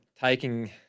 taking